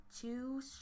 two